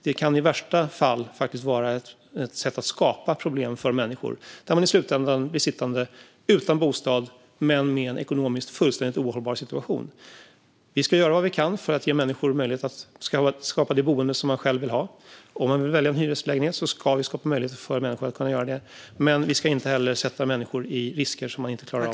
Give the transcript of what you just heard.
Det kan i värsta fall faktiskt vara ett sätt att skapa problem för människor, där de i slutändan blir sittande utan bostad men med en fullständigt ohållbar ekonomisk situation. Vi ska göra vad vi kan för att ge människor möjlighet att skapa det boende som de själva vill ha. Om människor vill välja en hyreslägenhet ska vi skapa möjligheter för människor att göra det. Men vi ska inte heller sätta människor i risker som de inte klarar av.